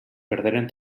perderen